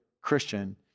Christian